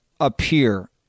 Appear